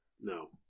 no